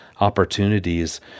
opportunities